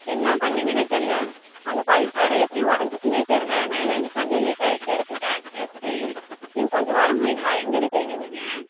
என்ன பண்ணீங்கன்னே தெரில அந்த பைப் வேற எப்படி உடஞ்சுச்சின்னே தெரில மேலேருந்து தண்ணி லீக் ஆகிட்டே இருக்குது டேங்க்லிருந்து நீங்கள் கொஞ்சம் வர முடியுங்களா எங்கே இருக்கிறீங்க நீங்கள்